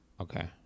Okay